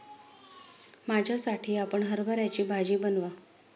माझ्यासाठी आपण हरभऱ्याची भाजी बनवा